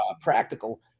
practical